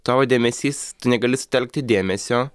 tavo dėmesys tu negali sutelkti dėmesio